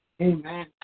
Amen